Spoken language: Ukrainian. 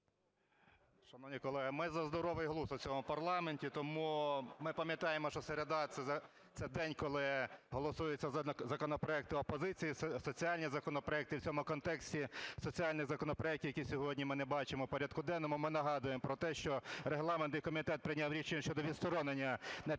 Шановні колеги, ми за здоровий глузд у цьому парламенті. Тому ми пам'ятаємо, що середа – це день, коли голосуються законопроекти опозиції, соціальні законопроекти. У цьому контексті соціальні законопроекти, які сьогодні ми не бачимо у порядку денному. Ми нагадуємо про те, що регламентний комітет прийняв рішення щодо відсторонення на 5 пленарних